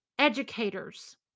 educators